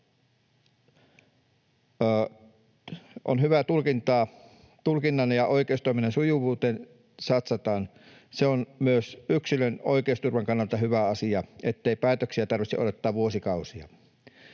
On hyvä, että tutkinnan ja oikeustoiminnan sujuvuuteen satsataan. Se on myös yksilön oikeusturvan kannalta hyvä asia, ettei päätöksiä tarvitse odottaa vuosikausia.